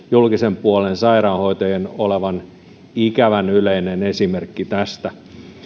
julkisen puolen sairaanhoitajien olevan ikävän yleinen esimerkki tästä